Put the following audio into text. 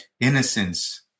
innocence